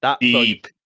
Deep